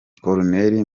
colonel